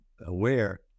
aware